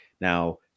Now